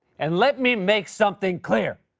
and let me make something clear!